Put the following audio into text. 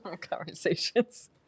conversations